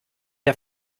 der